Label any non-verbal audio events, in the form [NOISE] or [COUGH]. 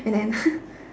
and then [LAUGHS]